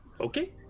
okay